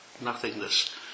nothingness